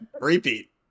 repeat